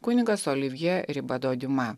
kunigas olivjė ribado diuma